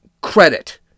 credit